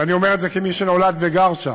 ואני אומר את זה כמי שנולד וגר שם,